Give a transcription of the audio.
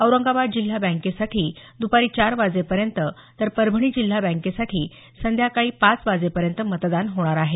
औरंगाबाद जिल्हा बँकेसाठी द्रपारी चार वाजेपर्यंत तर परभणी जिल्हा बँकेसाठी संध्याकाळी पाच वाजेपर्यंत मतदान होणार आहे